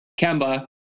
Kemba